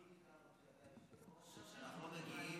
תסכים איתנו,